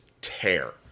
tear